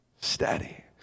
steady